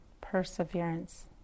Perseverance